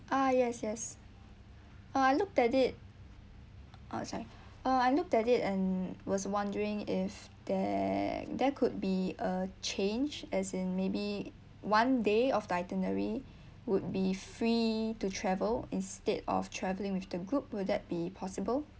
ah yes yes uh I looked at it outside uh I look at it and was wondering if there there could be a change as in maybe one day of the itinerary would be free to travel instead of travelling with the group will that be possible